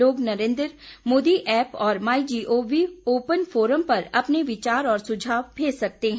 लोग नरेन्द्र मोदी ऐप और my G O V open forum पर अपने विचार और सुझाव भेज सकते हैं